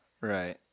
right